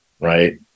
right